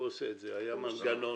היה מנגנון